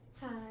Hi